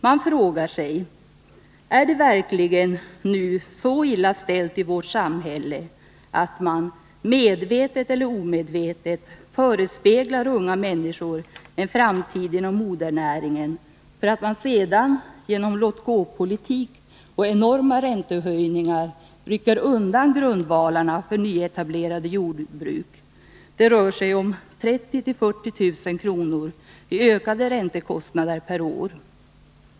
Man frågar sig: Är det verkligen nu så illa ställt i vårt samhälle att man medvetet eller omedvetet förespeglar unga människor en framtid inom modernäringen för att sedan genom låt-gå-politik och enorma räntehöjningar rycka undan grundvalarna för nyetablerade jordbruk? Det rör sig om 30 000-40 000 kr. per år i ökade räntekostnader.